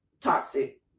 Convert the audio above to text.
toxic